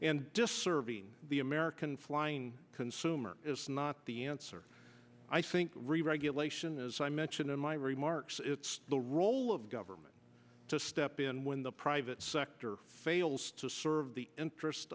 and just serving the american flying consumer is not the answer i think reregulation as i mentioned in my remarks it's the role of government to step in when the private sector fails to serve the interest